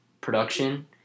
production